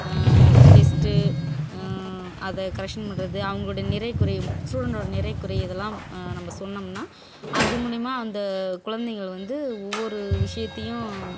test அதை correction பண்ணுறது அவங்களோட நிறை குறை ஸ்டூடெண்ட்டோட நிறை குறை இதெல்லாம் நம்ம சொன்னோம்ன்னால் அது மூலயமா அந்த குழந்தைகள் வந்து ஒவ்வொரு விஷயத்தையும்